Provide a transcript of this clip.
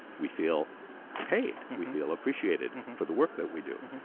we feel paid. we feel appreciated for the work that we do.